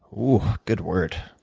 oh, good word,